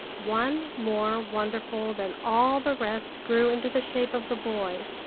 one more wonderful than all the rest grew into the shape of the boy,